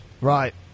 right